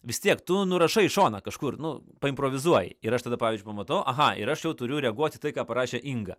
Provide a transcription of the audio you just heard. vis tiek tu nurašai į šoną kažkur nu paimprovizuoji ir aš tada pavyzdžiui pamatau aha ir aš jau turiu reaguoti į tai ką parašė inga